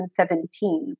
2017